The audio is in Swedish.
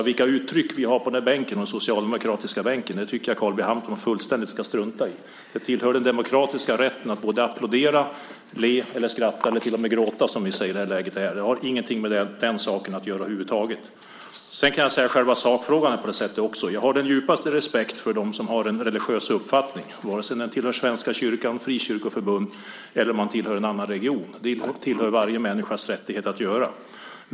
Vilka uttryck vi har på den socialdemokratiska bänken tycker jag Carl B Hamilton fullständigt ska strunta i. Det tillhör den demokratiska rätten att både applådera, le, skratta och till och med gråta. Det har inget med den saken att göra över huvud taget. När det gäller själva sakfrågan har jag den djupaste respekt för dem som har en religiös uppfattning, vare sig man tillhör Svenska kyrkan, frikyrkoförbund eller om man tillhör en annan religion. Det tillhör varje människas rättighet att göra.